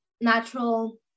natural